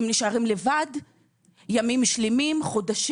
שהם נשארים לבד ימים וחודשים.